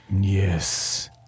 Yes